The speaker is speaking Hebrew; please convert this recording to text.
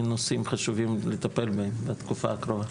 נושאים חשובים לטפל בהם בתקופה הקרובה.